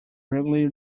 regularly